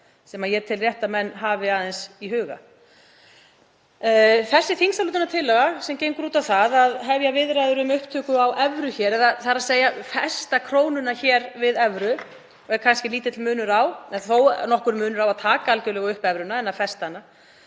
sem ég tel rétt að menn hafi aðeins í huga. Þessi þingsályktunartillaga sem gengur út á það að hefja viðræður um upptöku á evru hér, þ.e. festa krónuna við evru og er kannski lítill munur á en þó nokkur munur er á því að taka algjörlega upp evru en að festa hana,